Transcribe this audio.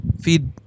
Feed